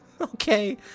Okay